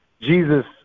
Jesus